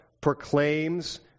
proclaims